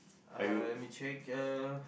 uh let me check uh